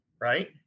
right